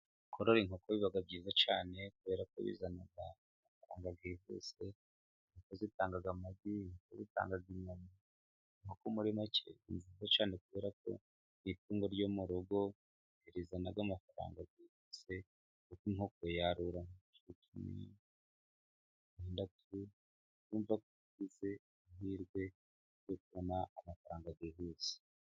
Korora inkoko biba byiza cyane kubera ko bizana amafaranga igihe cyose. Inkoko zitanga amagi zitanga inyama. Inkoko muri make ni nziza cyane kubera ko ni itungo ryo mu rugo rizana amafaranga byihuse. Inkoko yaturaga mu byumweru bitandatu. Mwagize amahirwe yo kubona amafaranga byihuse.